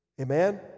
Amen